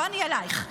לא אני אלייך.